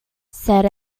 said